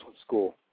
school